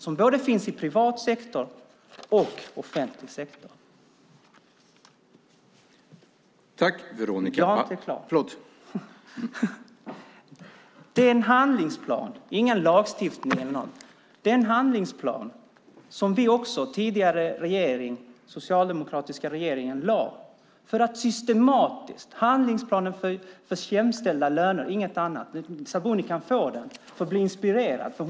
Den finns både i privat och i offentlig sektor. Den handlingsplan, inte lagstiftning, som den tidigare socialdemokratiska regeringen lade fram kan Sabuni få för att bli inspirerad. Det gäller alltså handlingsplanen för jämställda löner, ingenting annat.